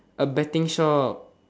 a betting shop